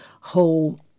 whole